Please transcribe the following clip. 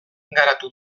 garatu